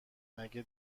مگه